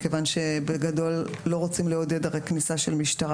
כיוון שבגדול הרי לא רוצים לעודד כניסת משטרה